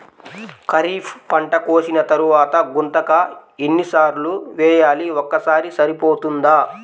ఖరీఫ్ పంట కోసిన తరువాత గుంతక ఎన్ని సార్లు వేయాలి? ఒక్కసారి సరిపోతుందా?